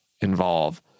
involve